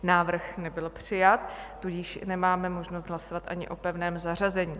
Návrh nebyl přijat, tudíž nemáme možnost hlasovat ani o pevném zařazení.